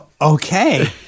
okay